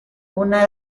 una